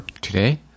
Today